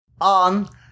on